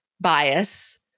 bias